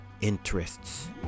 interests